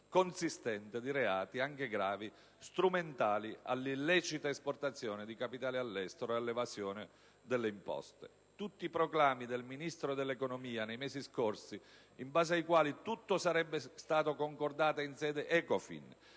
consistente di reati, anche gravi, strumentali all'illecita esportazione di capitali all'estero e all'evasione delle imposte. Tutti i proclami del Ministro dell'economia nei mesi scorsi in base ai quali tutto sarebbe stato concordato in sede Ecofin